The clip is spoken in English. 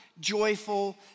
joyful